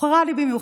זכור לי במיוחד